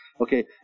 okay